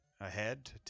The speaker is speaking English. ahead